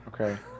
okay